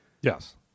Yes